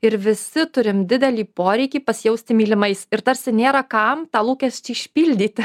ir visi turim didelį poreikį pasijausti mylimais ir tarsi nėra kam tą lūkestį išpildyti